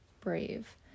brave